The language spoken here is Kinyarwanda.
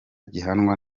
gihanwa